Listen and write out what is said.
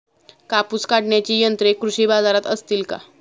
कापूस काढण्याची यंत्रे कृषी बाजारात असतील का?